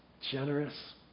generous